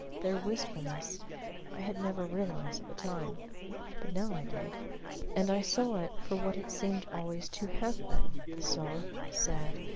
their wistfulness i had never realized at the time but now i did and i saw it for what it seemed always to have been, the soft, sad,